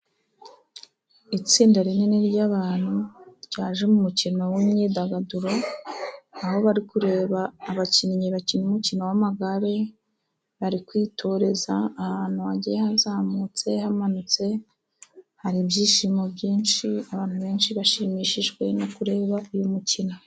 Itsinda rinini ry'abantu ryaje mu mukino w'imyidagaduro, aho bari kureba abakinnyi bakina umukino w'amagare bari kwitoreza ahantu hagiye hazamutse, hamanutse. Hari ibyishimo byinshi, abantu benshi bashimishijwe no kureba uyu mukino.